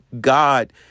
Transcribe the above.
God